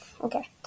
okay